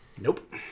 Nope